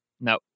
No